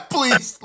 Please